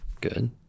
Good